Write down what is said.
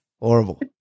horrible